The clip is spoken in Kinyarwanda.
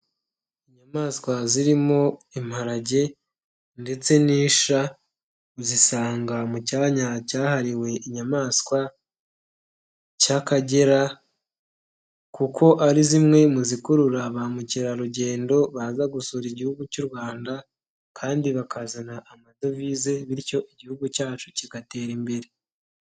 Inyamaswa zirimo imparage ndetse n'isha, uzisanga mu cyanya cyahariwe inyamaswa cy'Akagera, kuko ari zimwe mu zikurura ba mukerarugendo baza gusura igihugu cy'u Rwanda kandi bakazana amadovize bityo igihugu cyacu kigatera imbere.